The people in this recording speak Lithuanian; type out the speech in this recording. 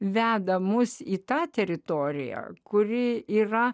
veda mus į tą teritoriją kuri yra